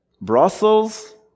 Brussels